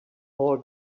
all